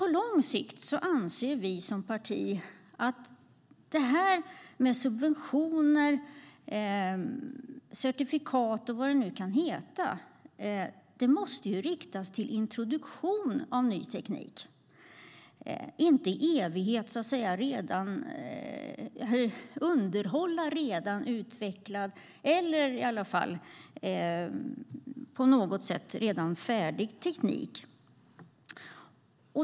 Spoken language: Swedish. På lång sikt anser vi som parti nämligen att det här med subventioner, certifikat och vad det nu kan heta måste riktas till introduktion av ny teknik, inte till att i evighet underhålla redan utvecklad eller i alla fall på något sätt redan färdig teknik.